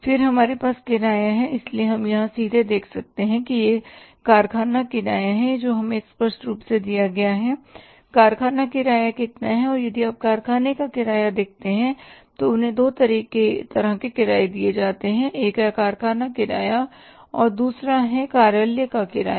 फिर हमारे पास किराया है इसलिए हम यहां सीधे देख सकते हैं कि यह कारखाना किराया है जो हमें स्पष्ट रूप से दिया जाता है कि कारखाना किराया कितना है और यदि आप कारखाने का किराया देखते हैं तो उन्हें दो तरह के किराए दिए जाते हैं एक है कारखाना किराया दूसरा है कार्यालय का किराया